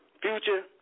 future